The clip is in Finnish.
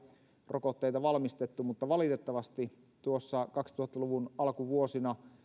rokotteita valmistettu mutta valitettavasti tuossa kaksituhatta luvun alkuvuosina